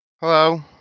Hello